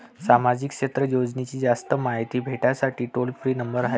सामाजिक क्षेत्र योजनेची जास्त मायती भेटासाठी टोल फ्री नंबर हाय का?